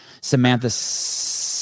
Samantha